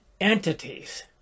entities